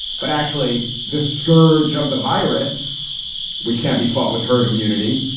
but actually the scourge of the virus which can't be fought with herd immunity.